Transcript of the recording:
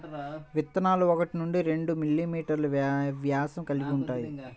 విత్తనాలు ఒకటి నుండి రెండు మిల్లీమీటర్లు వ్యాసం కలిగి ఉంటాయి